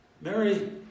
Mary